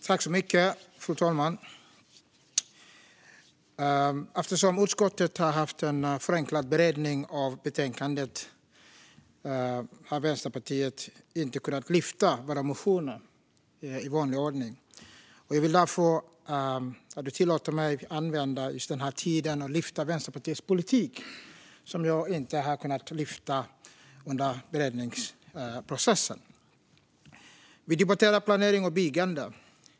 Fru talman! Eftersom utskottet har haft en förenklad beredning av betänkandet har Vänsterpartiet inte kunnat lyfta sina motioner. Jag tillåter mig därför att använda min talartid till att tala om Vänsterpartiets politik, som jag har inte har kunnat lyfta under beredningsprocessen. Vi debatterar planering och byggande.